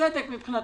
בצדק מבחינתם,